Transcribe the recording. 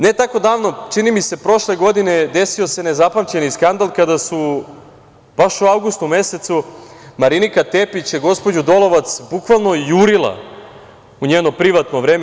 Ne tako davno, čini mi se prošle godine, desio se nezapamćeni skandal, kada je baš u avgustu mesecu Marinika Tepić gospođu Dolovac bukvalno jurila u njeno privatno vreme.